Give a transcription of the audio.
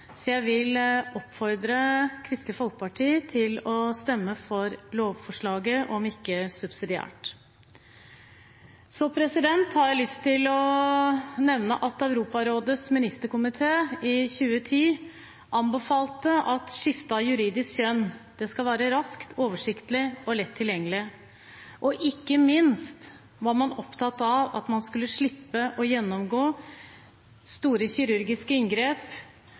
så jeg vil oppfordre Kristelig Folkeparti til å stemme for lovforslaget – om ikke annet, så subsidiært. Så har jeg lyst til å nevne at Europarådets ministerkomité i 2010 anbefalte at skifte av juridisk kjønn skal være raskt, oversiktlig og lett tilgjengelig. Og ikke minst var man opptatt av at man skulle slippe å gjennomgå store kirurgiske inngrep,